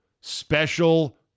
special